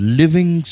living